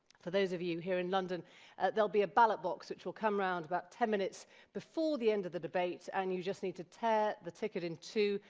for those of you here in london they'll be a ballot box which will come around about ten minutes before the end of the debates, and you just need to tear the ticket in two.